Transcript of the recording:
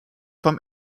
vom